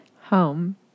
Home